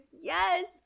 Yes